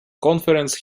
conference